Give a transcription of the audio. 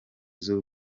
z’u